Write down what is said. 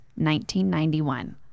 1991